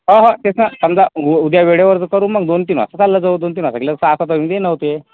हो हो तेच ना समजा उ उद्या वेळेवरच करू मग दोन तीन वाजता चाललं जाऊ दोन तीन असं केलं सहा सातपर्यंत येणं होते